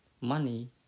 money